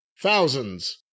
thousands